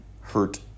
hurt